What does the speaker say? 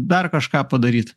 dar kažką padaryt